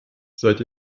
seid